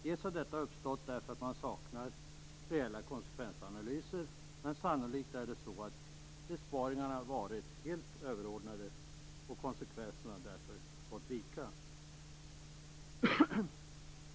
Detta har uppstått därför att man saknar reella konsekvensanalyser, men sannolikt har också besparingarna varit helt överordnade, och konsekvenserna har därför fått vika.